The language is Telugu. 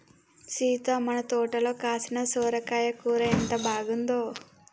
సీత మన తోటలో కాసిన సొరకాయ కూర ఎంత బాగుందో